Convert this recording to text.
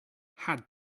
had